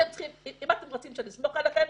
אם אתם רוצים שנסמוך עליכם,